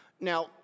Now